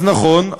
אז נכון,